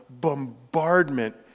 bombardment